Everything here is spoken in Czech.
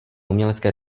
umělecké